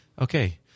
okay